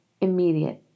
immediate